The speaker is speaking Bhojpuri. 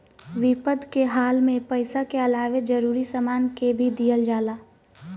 विपद के हाल में पइसा के अलावे जरूरी सामान के भी दिहल जाला